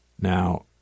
now